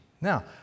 Now